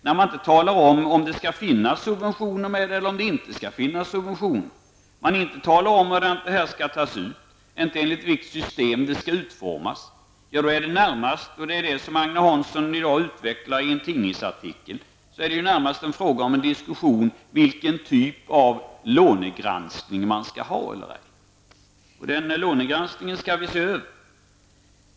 Då man inte talar om huruvida det finns eller inte finns någon subvention, då man inte talar om var det skall tas ut och enligt vilket system det hela skall utformas, blir det närmast -- och det är det som Agne Hansson och jag utvecklar i en tidningsartikel -- fråga om vilken typ av lånegranskning som man skall ha. Lånegranskningen skall vi se över.